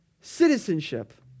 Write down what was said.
Citizenship